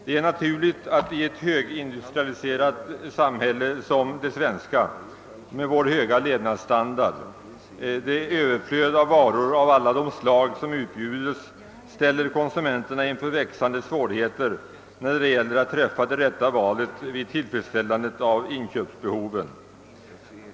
Det är naturligt att i ett högindustrialiserat samhälle som det svenska med dess höga levnadsstandard det överflöd av varor av alla de slag som utbjuds ställer konsumenterna inför växande svårigheter när det gäller att träffa det rätta valet vid tillfredsställandet av inköpsbehoven.